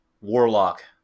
warlock